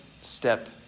step